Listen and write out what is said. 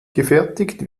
gefertigt